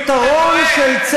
לפתרון, בין שני יהודים.